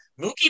Mookie